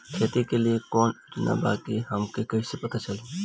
खेती के लिए कौने योजना बा ई हमके कईसे पता चली?